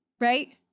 right